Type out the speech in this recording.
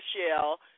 Michelle